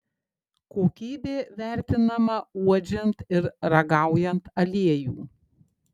kokybė vertinama uodžiant ir ragaujant aliejų